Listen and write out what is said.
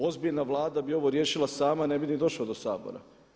Ozbiljna Vlada bi ovo riješila sama i ne bi ni došlo do Sabora.